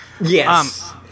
Yes